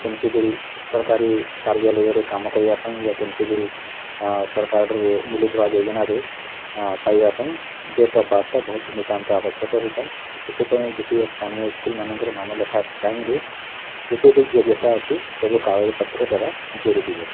କେନ୍ସି ବିଲ୍ ସରକାରୀ କାର୍ଯ୍ୟାଲୟରେ କାମ କରିବା ପାଇଁ ୟା କେନ୍ସି ବିଲ୍ ସରକାର୍ରୁ ମିଲୁଥିବା ଯୋଜନାରୁ ପାଇବା ପାଇଁ ଡ଼େଟ୍ ଅଫ୍ ବାର୍ଥଟା ବହୁତ ନିତାନ୍ତ ଆବଶ୍ୟକ ହୋଇଥାଏ ତ ସେଥିପାଇଁ ଯେତେ ଓ ସ୍ଥାନୀୟ ଇସ୍କୁଲ୍ମାନଙ୍କରେ ନାମଲେଖା ଟାଇମ୍ରେ ଯେତେ ବିଲ୍ ଯୋଗ୍ୟତା ଅଛେ ସବୁ କାଗଜପତ୍ର ଦେବା ଜରୁରୀ ଏ